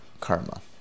karma